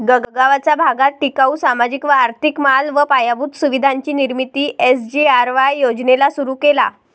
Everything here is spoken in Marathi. गगावाचा भागात टिकाऊ, सामाजिक व आर्थिक माल व पायाभूत सुविधांची निर्मिती एस.जी.आर.वाय योजनेला सुरु केला